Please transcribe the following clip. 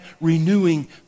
renewing